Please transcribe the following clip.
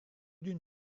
d’une